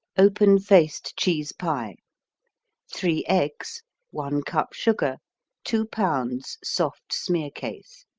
open-faced cheese pie three eggs one cup sugar two pounds soft smearcase